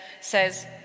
says